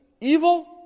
evil